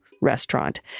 restaurant